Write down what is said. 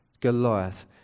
Goliath